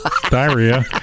diarrhea